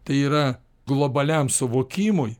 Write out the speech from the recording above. tai yra globaliam suvokimui